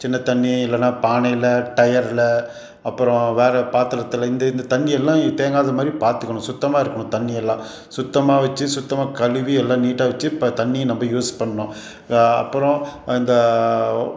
சின்ன தண்ணி இல்லைனா பானையில் டயரில் அப்புறம் வேறு பாத்திரத்துல இந்த இந்த தண்ணியெல்லாம் தேங்காதது மாதிரி பார்த்துக்கணும் சுத்தமாக இருக்கணும் தண்ணியெல்லாம் சுத்தமாக வெச்சு சுத்தமாக கழுவி எல்லாம் நீட்டாக வெச்சு இப்போ தண்ணியை நம்ம யூஸ் பண்ணணும் அப்புறம் இந்த